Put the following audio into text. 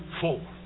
four